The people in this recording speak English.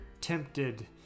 tempted